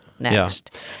next